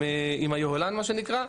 עם יוהל"ן, מה שנקרא,